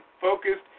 focused